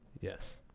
Yes